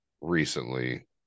recently